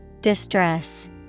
Distress